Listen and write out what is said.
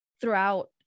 throughout